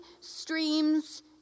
streams